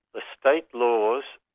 the state laws,